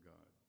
God